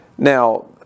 Now